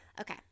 Okay